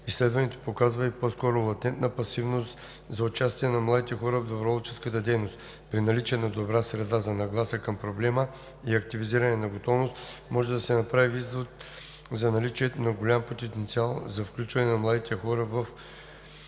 Изследването показва и по-скоро латентна пасивна готовност за участие на младите хора в доброволческа дейност. При наличие на добра среда за нагласа към проблема и активизиране на готовност може да се направи извод за наличието на голям потенциал за включване на младите хора в